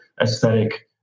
aesthetic